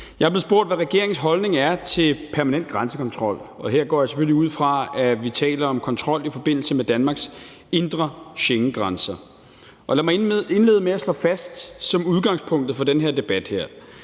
Jeg er blevet spurgt, hvad regeringens holdning er til permanent grænsekontrol, og her går jeg selvfølgelig ud fra, at vi taler om kontrol i forbindelse med Danmarks indre Schengengrænser. Lad mig indlede med at slå fast som udgangspunktet for den her debat,